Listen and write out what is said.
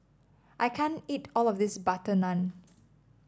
I can't eat all of this butter naan